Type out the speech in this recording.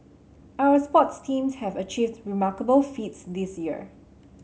our sports teams have achieved remarkable feats this year